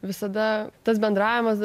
visada tas bendravimas